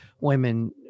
women